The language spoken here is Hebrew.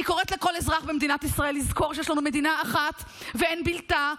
אני קוראת לכל אזרח במדינת ישראל לזכור שיש לנו מדינה אחת ואין בלתה,